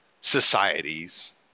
societies